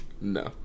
No